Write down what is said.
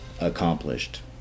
accomplished